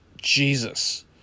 Jesus